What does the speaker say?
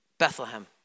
Bethlehem